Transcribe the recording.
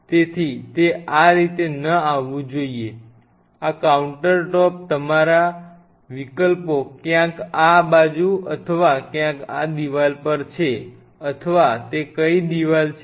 તેથી તે આ રીતે ન આવવું જોઈએ આ કાઉન્ટર ટોપ પર તમારા વિકલ્પો ક્યાંક આ બાજુ અથવા ક્યાંક આ દિવાલ પર છે અથવા તે દિવાલ કઈ છે